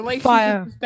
Fire